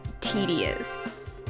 tedious